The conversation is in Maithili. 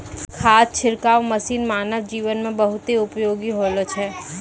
खाद छिड़काव मसीन मानव जीवन म बहुत उपयोगी होलो छै